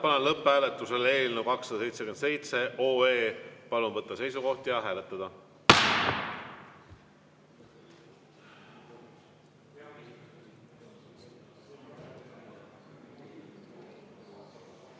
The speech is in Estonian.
panen lõpphääletusele eelnõu 277. Palun võtta seisukoht ja hääletada!